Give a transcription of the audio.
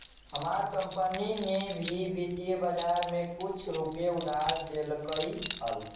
हमार कंपनी ने भी वित्तीय बाजार में कुछ रुपए उधार देलकइ हल